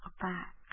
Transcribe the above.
back